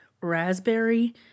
raspberry